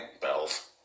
Bells